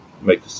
make